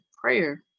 Prayer